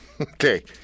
Okay